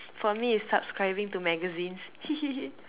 for me it's subscribing to magazines hee hee hee